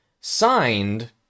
signed